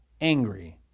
angry